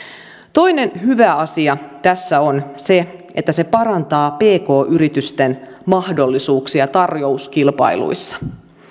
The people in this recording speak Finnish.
toinen hyvä asia tässä on se että se parantaa pk yritysten mahdollisuuksia tarjouskilpailuissa